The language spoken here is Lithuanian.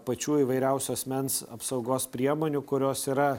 pačių įvairiausių asmens apsaugos priemonių kurios yra